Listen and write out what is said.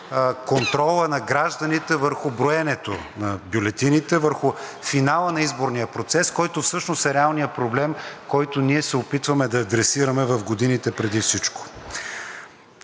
контрола на гражданите върху броенето на бюлетините, върху финала на изборния процес, който всъщност е реалният проблем, който ние се опитваме да адресираме в годините преди всичко.